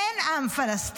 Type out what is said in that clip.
אין עם פלסטיני.